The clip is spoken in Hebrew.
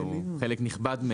מי נגד?